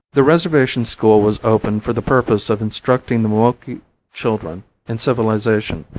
the reservation school was opened for the purpose of instructing the moqui children in civilization,